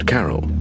Carol